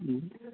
മ്മ്